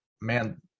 man